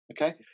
Okay